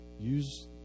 use